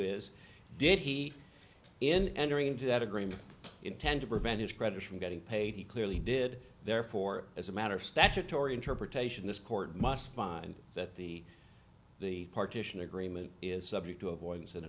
is did he in entering into that agreement intend to prevent his credit from getting paid he clearly did therefore as a matter of statutory interpretation this court must find that the the partition agreement is subject to avoidan